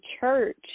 church